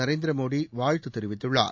நரேந்திர மோடி வாழ்த்து தெரிவித்துள்ளார்